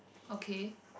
okay